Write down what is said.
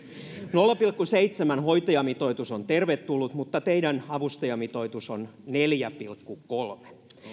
nolla pilkku seitsemän hoitajamitoitus on tervetullut mutta teidän avustajamitoituksenne on neljä pilkku kolme